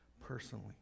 personally